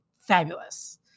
fabulous